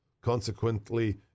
Consequently